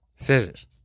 Scissors